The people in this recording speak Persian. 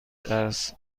درس